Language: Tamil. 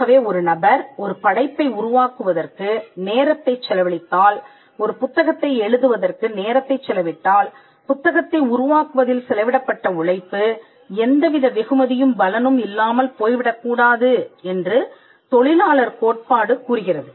ஆகவே ஒரு நபர் ஒரு படைப்பை உருவாக்குவதற்கு நேரத்தைச் செலவழித்தால் ஒரு புத்தகத்தை எழுதுவதற்கு நேரத்தைச் செலவிட்டால் புத்தகத்தை உருவாக்குவதில் செலவிடப்பட்ட உழைப்பு எந்தவித வெகுமதியும் பலனும் இல்லாமல் போய்விடக்கூடாது என்று தொழிலாளர் கோட்பாடு கூறுகிறது